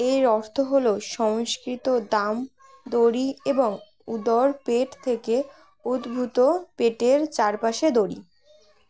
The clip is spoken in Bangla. এর অর্থ হল সংস্কৃত দাম দড়ি এবং উদর পেট থেকে উদ্ভুত পেটের চারপাশে দৌড়ি